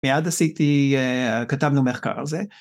מיד עשיתי, כתבנו מחקר על זה.